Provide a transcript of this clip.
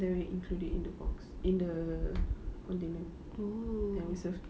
then we include it in the box in the container then we serve